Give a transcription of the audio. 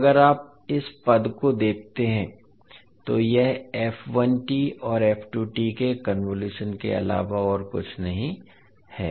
अब अगर आप इस पद को देखते हैं तो यह और के कन्वोलुशन के अलावा और कुछ नहीं है